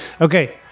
Okay